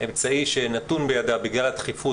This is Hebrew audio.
אמצעי שנתון בידיה בגלל הדחיפות,